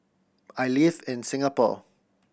I live in Singapore